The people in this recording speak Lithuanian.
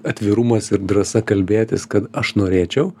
atvirumas ir drąsa kalbėtis kad aš norėčiau